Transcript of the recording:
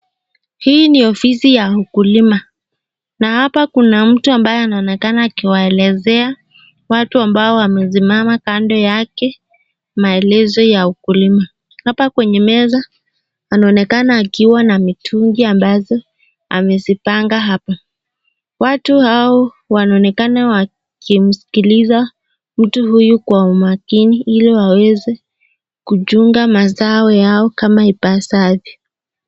Hii ni ofisi ya mkulima na hapa kuna mtu ambaye anaonekana akiwaelezea watu ambao wamesimama kando yake maelezo ya ukulima. Hapa kwenye meza anaonekana akiwa na mitungi ambazo amezipanga hapo. Watu hao wanaonekana wakimsikiliza mtu huyu kwa umakini ili waweze kuchunga mazao yao kama ipasavyo.